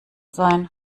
sein